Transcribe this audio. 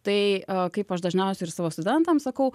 tai kaip aš dažniausiai ir savo studentams sakau